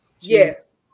Yes